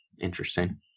Interesting